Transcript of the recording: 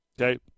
okay